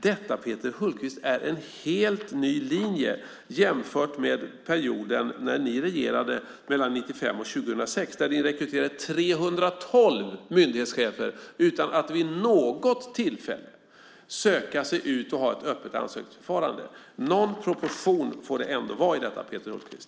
Detta, Peter Hultqvist, är en helt ny linje jämfört med perioden 1995-2006 då ni regerade. Då rekryterade ni 312 myndighetschefer utan att vid något tillfälle söka er ut och ha ett öppet ansökningsförfarande. Någon proportion får det ändå vara i detta, Peter Hultqvist.